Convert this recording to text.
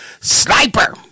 Sniper